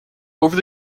over